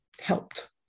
helped